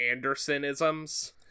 Andersonisms